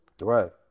Right